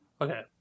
Okay